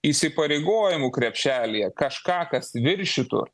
įsipareigojimų krepšelyje kažką kas viršytų